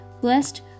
Blessed